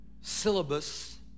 syllabus